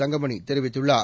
தங்கமணி தெரிவித்துள்ளார்